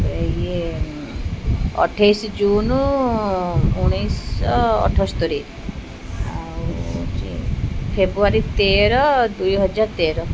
ଏ ଇଏ ଅଠେଇଶି ଜୁନ ଉଣେଇଶି ଶହ ଅଠସ୍ତରୀ ଆଉ ହଉଛି ଫେବୃଆରୀ ତେର ଦୁଇହଜାର ତେର